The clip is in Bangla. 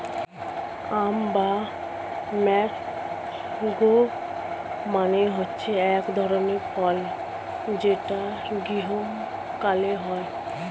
আম বা ম্যাংগো মানে হচ্ছে এক ধরনের ফল যেটা গ্রীস্মকালে হয়